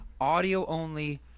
audio-only